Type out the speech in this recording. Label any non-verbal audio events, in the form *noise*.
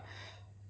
*breath*